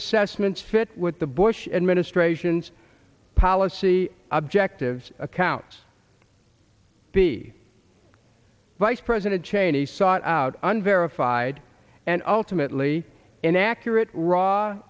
assessments fit with the bush administration's policy objectives accounts be vice president cheney sought out and verified and ultimately inaccurate raw